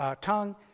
tongue